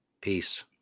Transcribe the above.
Peace